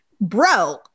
bro